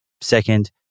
Second